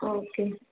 okay